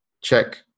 check